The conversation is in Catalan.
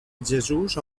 jesús